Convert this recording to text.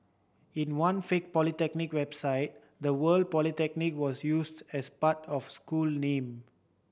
in one fake polytechnic website the word Polytechnic was used as part of school name